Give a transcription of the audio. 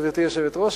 גברתי היושבת-ראש,